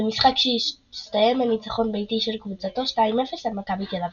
במשחק שהסתיים בניצחון ביתי של קבוצתו 2–0 על מכבי תל אביב.